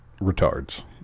retards